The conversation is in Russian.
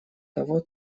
того